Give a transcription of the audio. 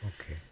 Okay